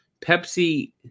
Pepsi